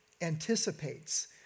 anticipates